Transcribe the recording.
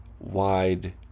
wide